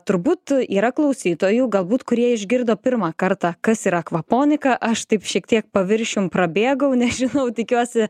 turbūt yra klausytojų galbūt kurie išgirdo pirmą kartą kas yra kvaponika aš taip šiek tiek paviršium prabėgau nežinau tikiuosi